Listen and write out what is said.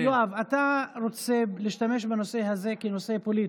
יואב, אתה רוצה להשתמש בנושא הזה כנושא פוליטי.